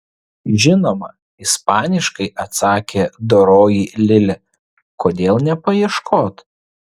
žinoma ispaniškai atsakė doroji lilė kodėl nepaieškot